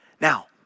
Now